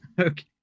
Okay